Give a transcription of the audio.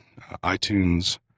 iTunes